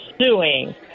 suing